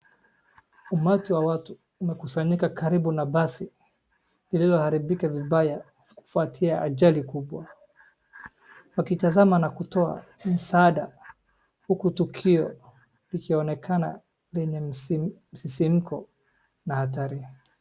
Umati wa watu umekusanyika karibu na basi lililo haribika vibaya kufuatia ajali kubwa wakitazama na kutoa msaada huku tukio likionekana lenye msisimuko na hatari.